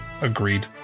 Agreed